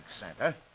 Santa